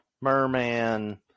merman